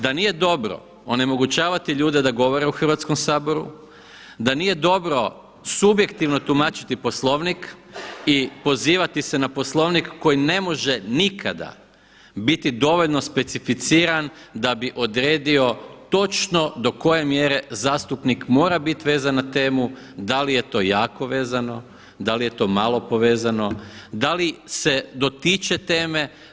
Da nije dobro onemogućavati ljude da govore u Hrvatskom saboru, da nije dobro subjektivno tumačiti Poslovnik i pozivati se na Poslovnik koji ne može nikada biti dovoljno specificiran da bi odredio točno do koje mjere zastupnik mora bit vezan na temu, da li je to jako vezano, da li je to malo povezano, da li se dotiče teme.